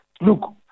look